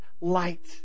light